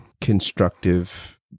constructive